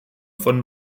von